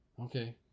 okay